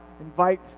invite